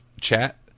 chat